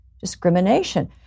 discrimination